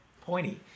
pointy